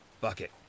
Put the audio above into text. Bucket